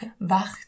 Wacht